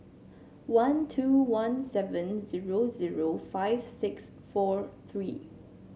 one two one seven zero zero five six four three